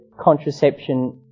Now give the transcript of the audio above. contraception